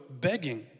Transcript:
begging